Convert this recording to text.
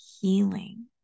healing